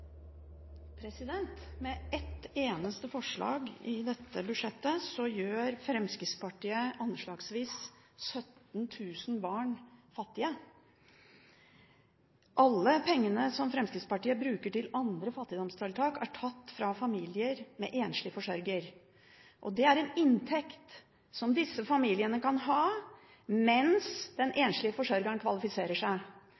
Med ett eneste forslag i dette budsjettet gjør Fremskrittspartiet anslagsvis 17 000 barn fattige. Alle pengene som Fremskrittspartiet bruker til andre fattigdomstiltak, er tatt fra familier med enslig forsørger. Det er en inntekt disse familiene kan ha mens den